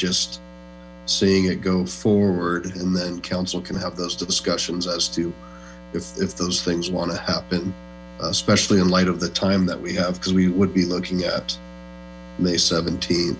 just seeing it go forward and then councilor can have those discussions as to if those things want to happen especially in light of the time that we have because we would be looking at